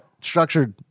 Structured